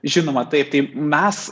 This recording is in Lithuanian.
žinoma taip tai mes